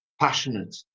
Passionate